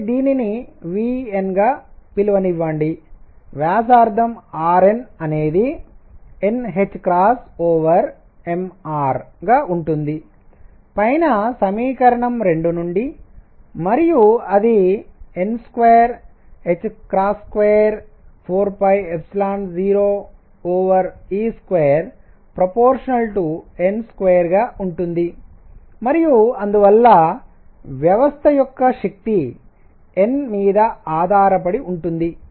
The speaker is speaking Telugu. కాబట్టి దీనిని vn గా పిలువనివ్వండి వ్యాసార్థం rn అనేది nℏmrగా ఉంటుంది పైన సమీకరణం 2 నుండి మరియు అది n2240e2∝n2 గా ఉంటుంది మరియు అందువల్ల వ్యవస్థ యొక్క శక్తి n మీద ఆధారపడి ఉంటుంది